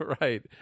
Right